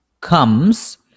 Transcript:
comes